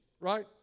right